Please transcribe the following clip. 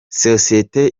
sosiyeti